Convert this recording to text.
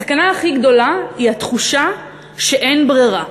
הסכנה הכי גדולה היא התחושה שאין ברירה.